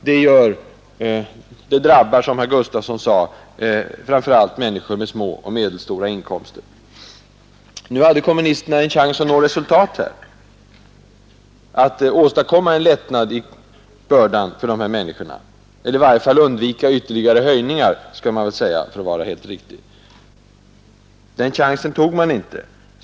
Det drabbar, som herr Gustavsson sade, framför allt människor med små och medelstora inkomster. Nu hade kommunisterna en chans att nå resultat, att åstadkomma en lättnad i bördan för dessa människor eller i varje fall undvika ytterligare höjningar. Den chansen tog man inte.